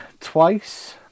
twice